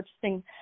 purchasing –